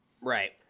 Right